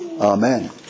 Amen